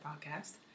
podcast